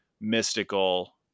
mystical